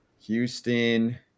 Houston